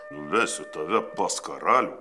nuvesiu tave pas karalių